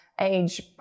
age